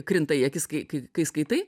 krinta į akis kai kai skaitai